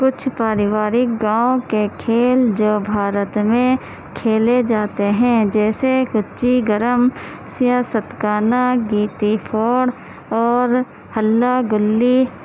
کچھ پاریوارک گاؤں کے کھیل جو بھارت میں کھیلے جاتے ہیں جیسے کچی گرم سیا ستکانا گیتی پھوڑ اور ہلا گلی